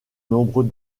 nombreux